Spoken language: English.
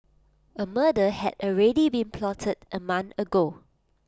A murder had already been plotted A month ago